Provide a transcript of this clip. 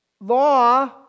law